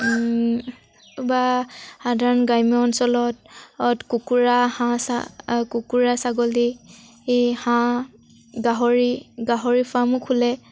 বা সাধাৰণ গ্ৰাম্য অঞ্চলত কুকুৰা হাঁহ কুকুৰা ছাগলী হাঁহ গাহৰি গাহৰি ফাৰ্মো খোলে